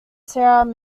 sarah